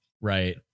Right